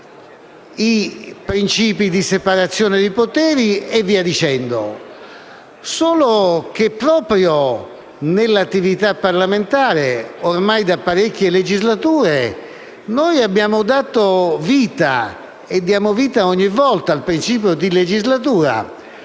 e la separazione dei poteri. Tuttavia, proprio nell'attività parlamentare ormai da parecchie legislature noi abbiamo dato vita e diamo vita ogni volta al principio di legislatura,